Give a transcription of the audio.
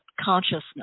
consciousness